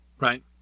Right